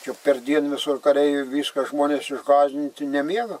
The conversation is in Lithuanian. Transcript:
juk perdien visur kareiviai viskas žmonės išgąsdin nemiega